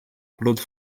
claude